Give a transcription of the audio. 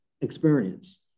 experience